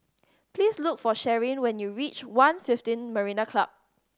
please look for Sharyn when you reach One fifteen Marina Club